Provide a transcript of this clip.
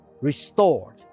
restored